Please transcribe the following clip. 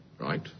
right